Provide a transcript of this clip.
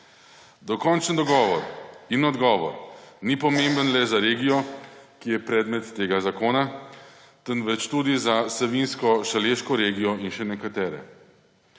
Dokončen dogovor in odgovor ni pomemben le za regijo, ki je predmet tega zakona, temveč tudi za Savinjsko-šaleško regijo in še nekatere.